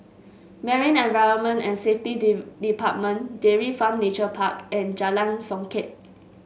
Marine Environment and Safety Department Dairy Farm Nature Park and Jalan Songket